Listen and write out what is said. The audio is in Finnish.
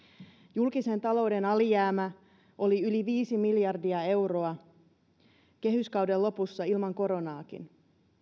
julkisen talouden alijäämä oli yli viisi miljardia euroa kehyskauden lopussa ilman koronaakin